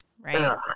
right